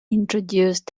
introduced